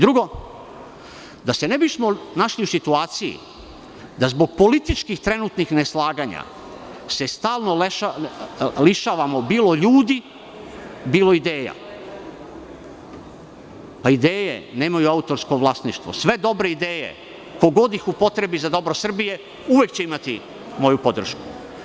Drugo, da se ne bismo našli u situaciji da zbog trenutnih političkih neslaganja se stalno lišavamo bilo ljudi, bilo ideja, a ideje nemaju autorsko vlasništvo, sve dobre ideje ko god ih upotrebi za dobro Srbije uvek će imati moju podršku.